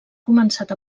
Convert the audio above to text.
començat